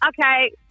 okay